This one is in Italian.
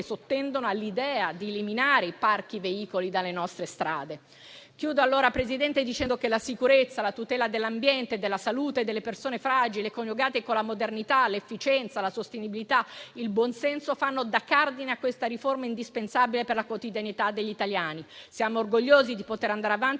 sottendono all'idea di eliminare i parchi veicoli dalle nostre strade. Concludo allora, signor Presidente, dicendo che la sicurezza e la tutela dell'ambiente e della salute delle persone fragili, coniugate con la modernità, l'efficienza, la sostenibilità e il buonsenso, fanno da cardine a questa riforma indispensabile per la quotidianità degli italiani. Siamo orgogliosi di poter andare avanti